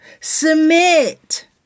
Submit